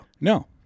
No